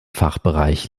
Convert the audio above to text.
fachbereich